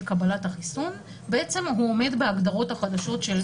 קבלת החיסון בעצם הוא עומד בהגדרות החדשות.